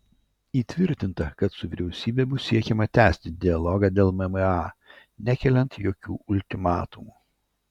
įtvirtinta kad su vyriausybe bus siekiama tęsti dialogą dėl mma nekeliant jokių ultimatumų